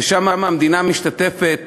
ששם המדינה משתתפת